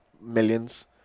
millions